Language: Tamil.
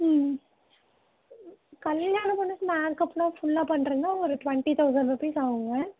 ம் ம் கல்யாண பொண்ணுக்கு மேக்கப்புன்னால் ஃபுல்லாக பண்ணுறதுன்னா ஒரு ட்வெண்ட்டி தௌசண்ட் ருபீஸ் ஆகுங்க